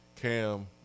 Cam